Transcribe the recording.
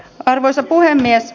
arvoisa puhemies